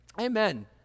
Amen